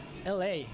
LA